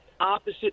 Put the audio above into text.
opposite